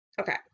okay